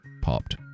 popped